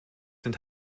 sind